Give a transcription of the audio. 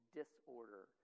disorder